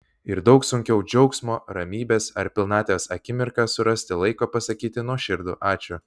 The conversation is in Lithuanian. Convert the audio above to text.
ir daug sunkiau džiaugsmo ramybės ar pilnatvės akimirką surasti laiko pasakyti nuoširdų ačiū